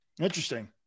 Interesting